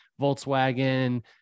Volkswagen